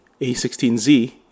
A16Z